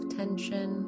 tension